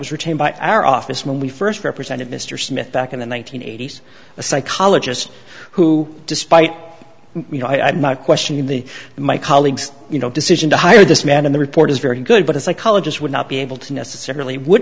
was retained by our office when we first represented mr smith back in the one nine hundred eighty s a psychologist who despite you know i might question the my colleagues you know decision to hire this man in the report is very good but a psychologist would not be able to necessarily would